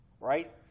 right